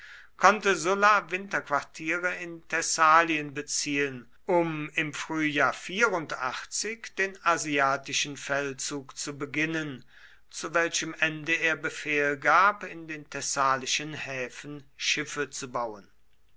konnte sulla winterquartiere in thessalien beziehen um im frühjahr den asiatischen feldzug zu beginnen zu welchem ende er befehl gab in den thessalischen häfen schiffe zu bauen